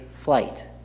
flight